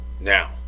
Now